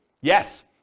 Yes